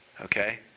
okay